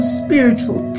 spiritual